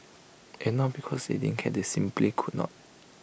and not because they didn't care they simply could not